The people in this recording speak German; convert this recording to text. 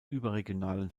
überregionalen